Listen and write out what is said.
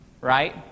Right